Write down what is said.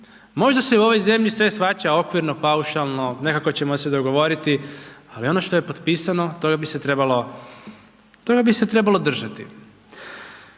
Možda se u ovoj zemlji sve shvaća okvirno, paušalno, nekako ćemo se dogovoriti. Ali ono što potpisano, toga bi se trebalo držati.